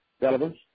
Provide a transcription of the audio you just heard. relevance